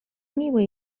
miłe